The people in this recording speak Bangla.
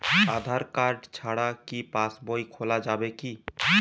আধার কার্ড ছাড়া কি পাসবই খোলা যাবে কি?